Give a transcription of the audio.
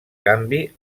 canvi